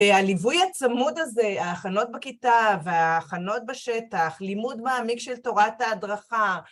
הליווי הצמוד הזה, ההכנות בכיתה וההכנות בשטח, לימוד מעמיק של תורת ההדרכה